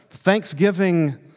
thanksgiving